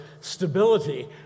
stability